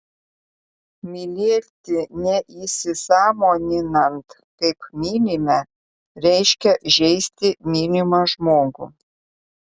mylėti neįsisąmoninant kaip mylime reiškia žeisti mylimą žmogų